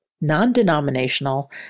non-denominational